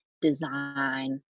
design